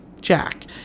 Jack